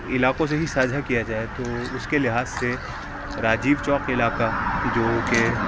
ای علاقوں سے ہی ساجھا کیا جائے تو اُس کے لحاظ سے راجیو چوک علاقہ جو کہ